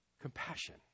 Compassion